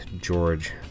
George